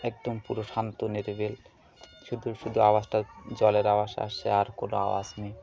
একদম পুর শান্ত নিরিবিলি শুধু শুধু আওয়াজটা জলের আওয়াজটা আসে আর কোনো আওয়াজ নেই